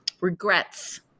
regrets